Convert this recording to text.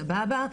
סבבה,